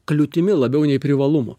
kliūtimi labiau nei privalumu